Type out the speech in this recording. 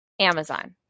Amazon